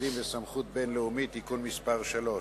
מיוחדים וסמכות בין-לאומית) (תיקון מס' 3)